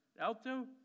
Alto